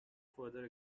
further